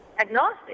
agnostic